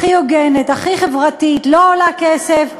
הכי הוגנת, הכי חברתית, לא עולה כסף,